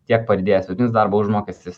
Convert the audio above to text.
tiek padidėjęs vidutinis darbo užmokestis